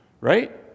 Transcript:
right